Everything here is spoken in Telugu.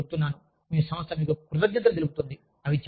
నేను మీకు చెప్తున్నాను మీ సంస్థ మీకు కృతజ్ఞతలు తెలుపుతుంది